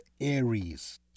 Aries